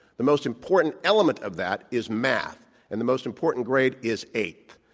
the most important element of that is math and the most important grade is eight.